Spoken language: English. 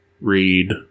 read